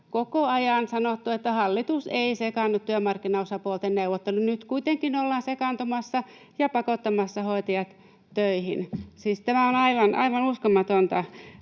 koko ajan sanottu, että hallitus ei sekaannu työmarkkinaosapuolten neuvotteluun. Nyt kuitenkin ollaan sekaantumassa ja pakottamassa hoitajat töihin — siis tämä on aivan uskomatonta.